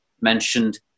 mentioned